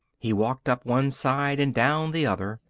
he walked up one side and down the other.